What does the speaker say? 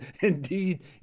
indeed